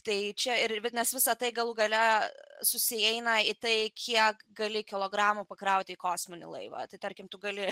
tai čia ir nes visa tai galų gale susieina į tai kiek gali kilogramų pakrauti į kosminį laivą tai tarkim tu gali